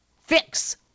fix